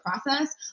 process